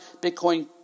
Bitcoin